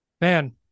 Man